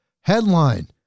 headline